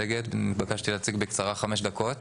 הנושא הזה הוא באמת מרכזי